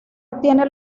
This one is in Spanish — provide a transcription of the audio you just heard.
obtiene